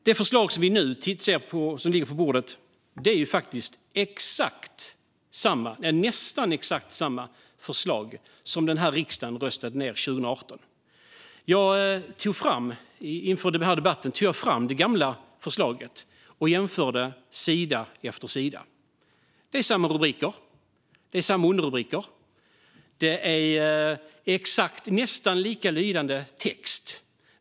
Det förslag som nu ligger på bordet är nästan exakt samma förslag som riksdagen röstade ned 2018. Inför denna debatt tog jag fram det gamla förslaget och jämförde sida för sida. Det är samma rubriker, det är samma underrubriker och det är nästan exakt likalydande text.